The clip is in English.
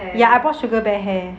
ya I bought sugar bear hair